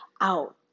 out